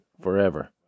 forever